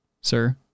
sir